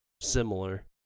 similar